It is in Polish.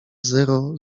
zero